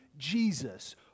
jesus